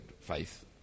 faith